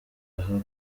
aha